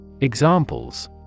Examples